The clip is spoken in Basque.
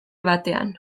batean